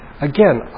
Again